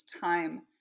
time